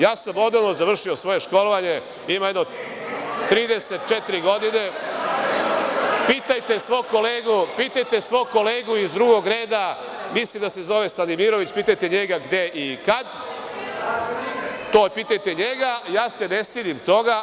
Ja sam odavno završio svoje školovanje, ima jedno 34 godine. (Srboljub Filipović: Šta si završio?) Pitajte svog kolegu iz drugog reda, mislim da se zove Stanimirović, pitajte njega gde i kad, to pitajte njega, ja se ne stidim toga.